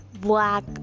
black